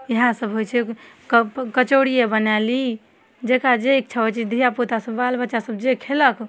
इएह सब होइ छै क कचौड़िये बना ली जकरा जे इच्छा होइ छै धीआपुता सब बालबच्चा सब जे खेलक